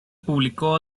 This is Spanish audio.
publicó